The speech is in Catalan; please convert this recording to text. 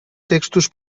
textos